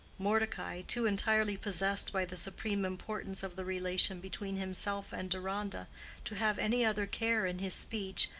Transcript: mordecai, too entirely possessed by the supreme importance of the relation between himself and deronda to have any other care in his speech,